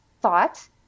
thought